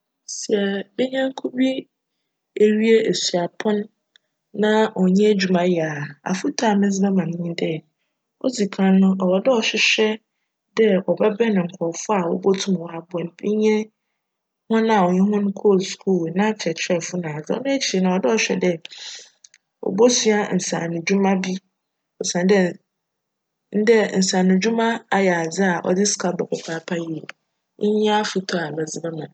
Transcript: Sj me nyjnko bi ewie esuapcn na onnya edwuma yj a, afotu a medze bjma no nye dj, odzi kan no cwc dj chwehwj dj cbjbjn nkorcfo a wobotum aboa no bi nye hcn a cnye hcn kcr skuul, n'akyerjkyerjfo n'adze. Cno ekyir no, cwc dj chwj dj obosua nsaano edwuma bi osiandj nsaano dwuma ayj adze a cdze sika ba papaapa yie, Iyi nye afotu a medze bjma no.